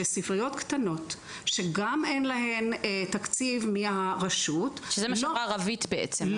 שספריות קטנות שגם אין להן תקציב מהרשות --- שזה מה שאמרה רוית בעצם,